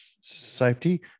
safety